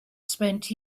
spent